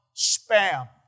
spam